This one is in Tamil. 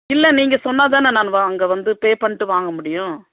இல்லை நீங்கள் சொன்னால் தானே நானு வா அங்கே வந்து பே பண்ணிட்டு வாங்க முடியும்